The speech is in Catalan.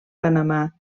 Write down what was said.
panamà